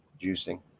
juicing